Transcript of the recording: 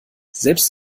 selbst